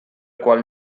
qual